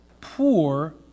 poor